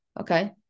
okay